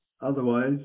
Otherwise